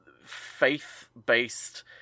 faith-based